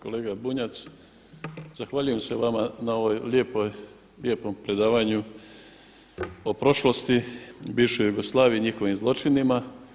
Kolega Bunjac, zahvaljujem se vama na ovom lijepom predavanju o prošlosti, bivšoj Jugoslaviji, njihovim zločinima.